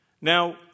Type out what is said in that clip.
Now